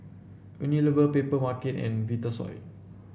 Unilever Papermarket and Vitasoy